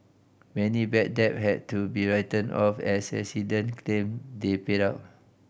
many bad debt had to be written off as resident claim they paid up